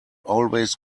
always